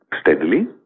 steadily